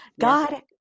God